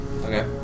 Okay